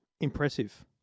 impressive